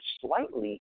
slightly